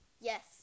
Yes